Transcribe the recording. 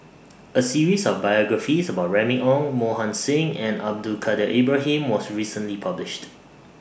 A series of biographies about Remy Ong Mohan Singh and Abdul Kadir Ibrahim was recently published